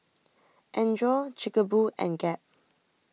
Andre Chic Boo and Gap